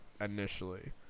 initially